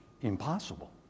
Impossible